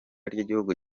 ry’igihugu